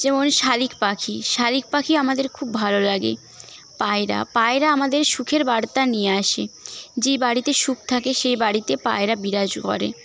যেমন শালিক পাখি শালিক পাখি আমাদের খুব ভালো লাগে পায়রা পায়রা আমাদের সুখের বার্তা নিয়ে আসে যে বাড়িতে সুখ থাকে সে বাড়িতে পায়রা বিরাজ করে